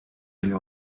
ile